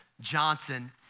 Johnson